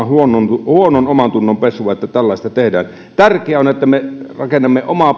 huonon huonon omantunnon pesua aika pahasti että tällaista tehdään tärkeää on on että me rakennamme omaa